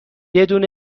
بدون